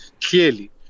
clearly